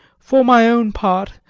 for my own part,